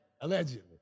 Allegedly